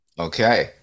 Okay